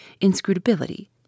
inscrutability